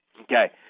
Okay